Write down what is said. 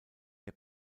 der